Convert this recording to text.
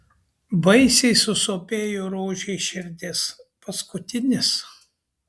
baisiai susopėjo rožei širdis paskutinis